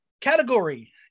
Category